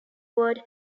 word